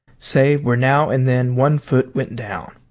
save where now and then one foot went down.